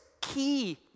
key